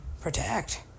Protect